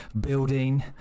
building